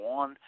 on